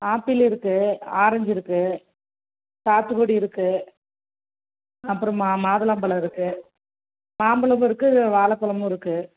apple இருக்குது orange இருக்குது சாத்துக்குடி இருக்குது அப்புறமா மாதுளம்பழம் இருக்குது மாம்பழமும் இருக்குது வாழைப் பழமும் இருக்குது